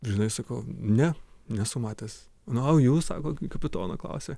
žinai sakau ne nesu matęs na o jūs sako kapitono klausia